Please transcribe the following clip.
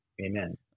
Amen